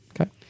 Okay